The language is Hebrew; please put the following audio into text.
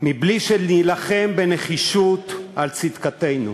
בלי שנילחם בנחישות על צדקתנו,